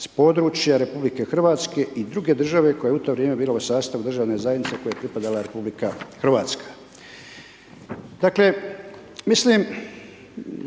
s područja RH i druge države koja je u to vrijeme bila u sastavu državne zajednice kojoj je pripadala RH. Dakle